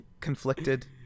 conflicted